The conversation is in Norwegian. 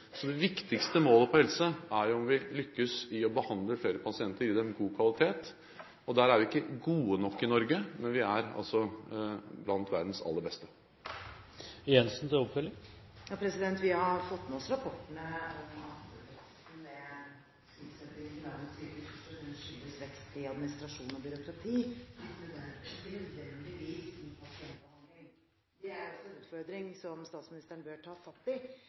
Det viktigste målet på helse er jo om vi lykkes i å behandle flere pasienter og i å gi dem god kvalitet. Der er vi ikke gode nok i Norge, men vi er blant verdens aller beste. Ja, vi har fått med oss rapportene om at veksten når det gjelder tilsetting ved landets sykehus, først og fremst skyldes vekst i administrasjon og byråkrati, ikke nødvendigvis vekst i pasientbehandling. Det er også en utfordring som statsministeren bør ta fatt i.